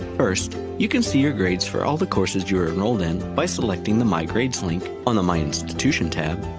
first, you can see your grades for all the courses you are enrolled in by selecting the my grades link on the my institution tab,